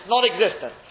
non-existent